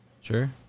Sure